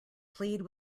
plead